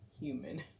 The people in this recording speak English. human